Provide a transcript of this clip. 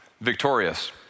victorious